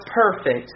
perfect